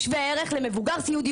הוא שווה ערך למבוגר סיעודי,